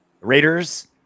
Raiders